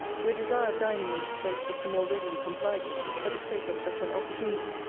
your desire of dining in this place was the more readily complied with for the sake of such an opportunity.